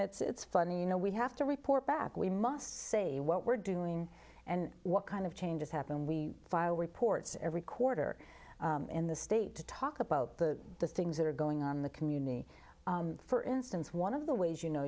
on it's funny you know we have to report back we must say what we're doing and what kind of changes happen we file reports every quarter in the state to talk about the the things that are going on in the community for instance one of the ways you know